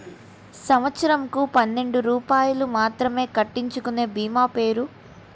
సంవత్సరంకు పన్నెండు రూపాయలు మాత్రమే కట్టించుకొనే భీమా పేరు?